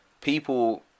people